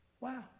Wow